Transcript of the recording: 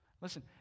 Listen